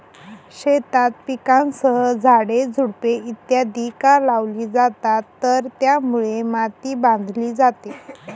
शेतात पिकांसह झाडे, झुडपे इत्यादि का लावली जातात तर त्यामुळे माती बांधली जाते